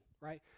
right